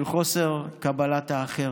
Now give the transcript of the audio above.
של חוסר קבלת האחר.